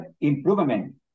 improvement